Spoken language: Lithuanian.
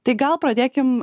tai gal pradėkim